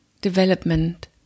development